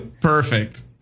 Perfect